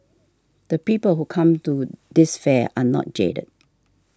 the people who come to this fair are not jaded